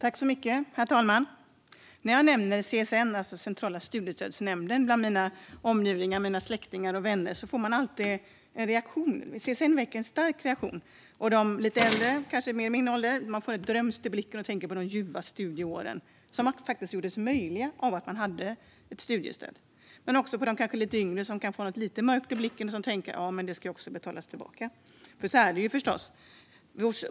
Herr talman! När jag nämner CSN, alltså Centrala studiestödsnämnden, för min omgivning, min släkt och mina vänner, bli det alltid en reaktion. CSN väcker en stark reaktion. De lite äldre, mer i min ålder, får något drömskt i blicken och tänker på de ljuva studieåren, som faktiskt var möjliga tack vare studiestödet. De lite yngre kan få något lite mörkt i blicken och tänker på att det ska betalas tillbaka. Så är det förstås.